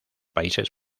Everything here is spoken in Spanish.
países